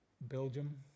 Belgium